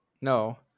No